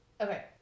Okay